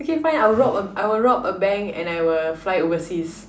okay fine I'll rob I will rob a bank and I will fly overseas